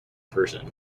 person